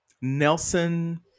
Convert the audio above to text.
Nelson